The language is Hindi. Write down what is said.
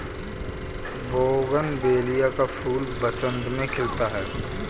बोगनवेलिया का फूल बसंत में खिलता है